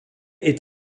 est